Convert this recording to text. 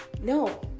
No